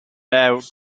bear